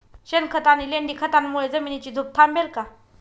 शेणखत आणि लेंडी खतांमुळे जमिनीची धूप थांबेल का?